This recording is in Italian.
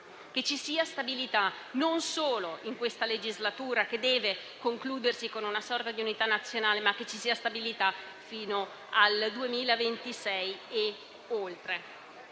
che ci sia stabilità, non solo in questa legislatura, che deve concludersi con una sorta di unità nazionale, ma che ci sia stabilità fino al 2026 e oltre.